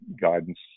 guidance